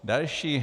Další